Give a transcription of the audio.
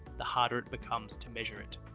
the harder it becomes to measure it.